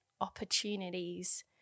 opportunities